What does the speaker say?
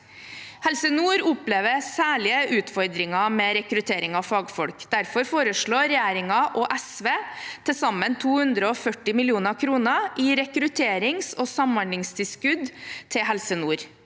Helse nord opplever særlige utfordringer med rekruttering av fagfolk. Derfor foreslår regjeringen og SV til sammen 240 mill. kr i rekrutterings- og samhandlingstilskudd til Helse nord.